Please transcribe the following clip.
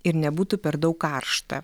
ir nebūtų per daug karšta